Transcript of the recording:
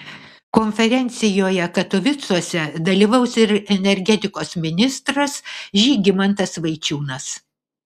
konferencijoje katovicuose dalyvaus ir energetikos ministras žygimantas vaičiūnas